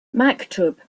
maktub